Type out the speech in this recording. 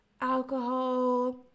alcohol